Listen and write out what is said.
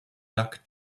black